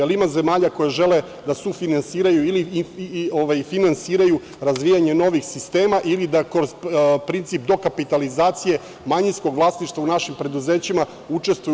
Ima zemalja koje žele da sufinansiraju i finansiraju razvijanje novih sistema ili da kroz princip dokapitalizacije manjinskog vlasništva u našim preduzećima učestvuju.